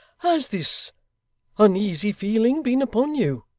has this uneasy feeling been upon you